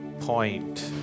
point